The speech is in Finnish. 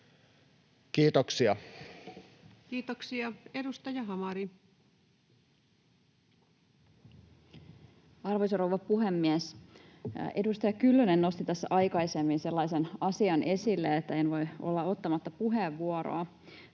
alasajosta Time: 18:01 Content: Arvoisa rouva puhemies! Edustaja Kyllönen nosti tässä aikaisemmin sellaisen asian esille, että en voi olla ottamatta puheenvuoroa,